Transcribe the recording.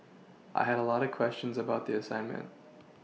I had a lot of questions about the assignment